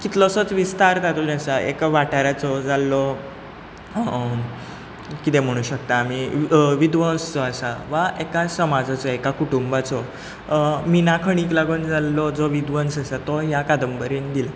कितलोसोच विस्तार तातूंत आसा एका वाठाराचो जाल्लो कितें म्हणू शकता आमी विध्वंस जो आसा वा एका समजाचो एका कुंटुबाचो मिनाखणीक लागून जो जाल्लो विध्वंस जो आसा तो ह्या कांदबरेंत दिला